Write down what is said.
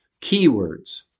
Keywords